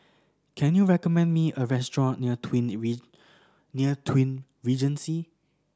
can you recommend me a restaurant near Twin Near Twin Regency